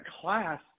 class